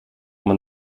man